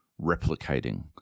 replicating